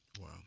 Wow